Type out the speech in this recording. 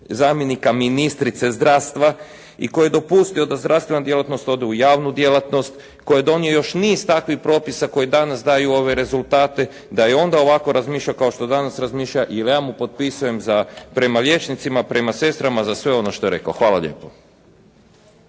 zamjenika ministrice zdravstva i koji je dopustio da zdravstvena djelatnost ode u javnu djelatnost, koji je donio još niz takvih propisa koji danas daju ove rezultate, da je i onda ovako razmišljao kao što danas razmišlja, jer ja mu potpisujem za, prema liječnicima, prema sestrama za sve ono što je rekao. Hvala lijepo.